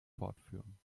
fortführen